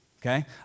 okay